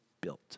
built